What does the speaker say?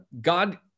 God